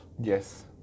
yes